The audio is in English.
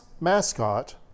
mascot